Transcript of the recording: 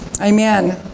Amen